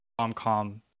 rom-com